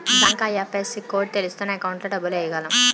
bank IFSC code తెలిస్తేనే account లో డబ్బులు ఎయ్యగలం